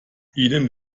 ihnen